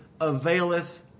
availeth